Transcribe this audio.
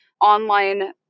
online